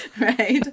Right